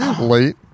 late